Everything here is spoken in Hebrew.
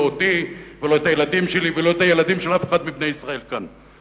לא אותי ולא את הילדים שלי ולא את הילדים של אף אחד מבני ישראל כאן.